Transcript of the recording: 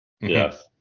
Yes